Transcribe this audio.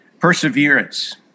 perseverance